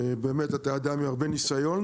באמת, אתה אדם עם הרבה ניסיון,